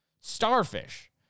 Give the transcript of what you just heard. starfish